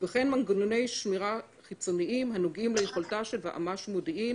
וכן מנגנוני שמירה חיצוניים הנוגעים ליכולתה של ועמ"ש מודיעין